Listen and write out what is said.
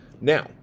Now